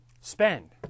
Spend